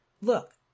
look